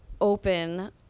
open